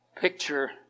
picture